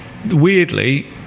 Weirdly